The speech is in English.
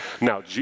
Now